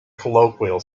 colloquial